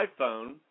iPhone